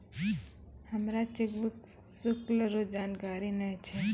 हमरा चेकबुक शुल्क रो जानकारी नै छै